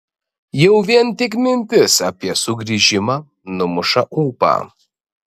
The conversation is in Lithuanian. jau vien tik mintis apie sugrįžimą numuša ūpą